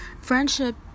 friendship